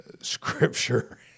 scripture